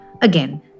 Again